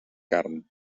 carn